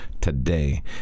today